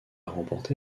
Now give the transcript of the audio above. remporté